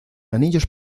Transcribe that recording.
anillos